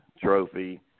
trophy